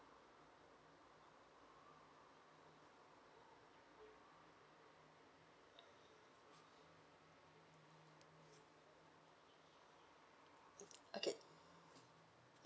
okay